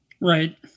Right